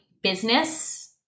business